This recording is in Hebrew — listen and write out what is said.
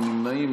אין נמנעים.